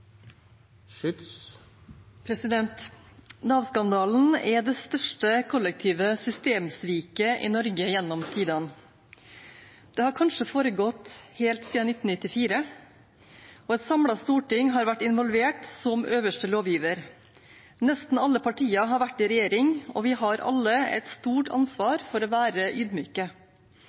det største kollektive systemsviket i Norge gjennom tidene. Det har kanskje foregått helt siden 1994, og et samlet storting har vært involvert som øverste lovgiver. Nesten alle partier har vært i regjering, og vi har alle et stort ansvar for å være ydmyke.